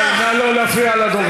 הבריח, נא לא להפריע לדובר.